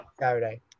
Saturday